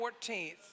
14th